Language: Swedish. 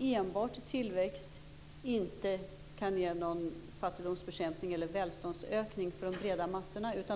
enbart tillväxt kan inte ge en välståndsökning för de breda massorna.